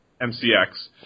MCX